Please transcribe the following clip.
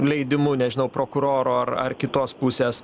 leidimu nežinau prokuroro ar ar kitos pusės